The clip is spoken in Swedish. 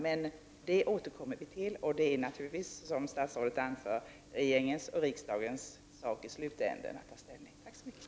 Men som statsrådet anför är det naturligtvis regeringens och riksdagens ansvar att i slutändan ta ställning till detta.